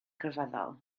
grefyddol